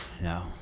No